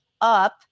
up